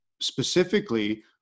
specifically